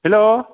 hello